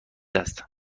است